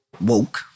woke